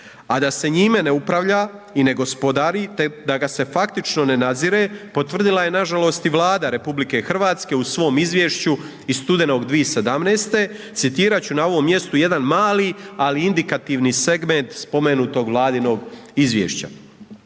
a da se njime ne upravlja i ne gospodari te da ga se faktično ne nadzire potvrdila je nažalost i Vlada RH u svom izvješću iz studenog 2017., citirat ću na ovom mjestu jedan mali, ali indikativni segment spomenutog Vladinog izvješća.